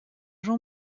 jean